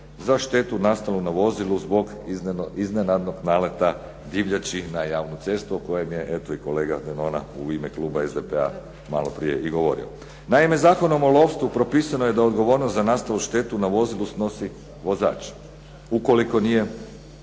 za štetu nastalu na vozilu zbog iznenadnog naleta divljači na javnu cestu o kojem je eto i kolega Denona u ime kluba SDP-a maloprije i govorio. Naime, Zakonom o lovstvu propisano je da odgovornost za nastalu štetu na vozilu snosi vozač ukoliko nije